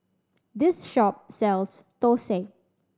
this shop sells thosai